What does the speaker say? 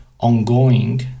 ongoing